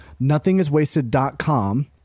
nothingiswasted.com